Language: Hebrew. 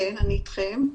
שלום.